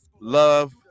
Love